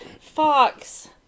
Fox